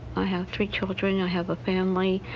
i have three children, and i have a family,